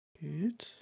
Good